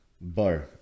bar